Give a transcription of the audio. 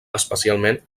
especialment